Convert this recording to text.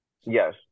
Yes